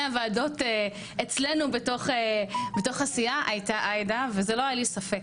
הוועדות אצלינו בתוך הסיעה ובזה לא היה לי ספק,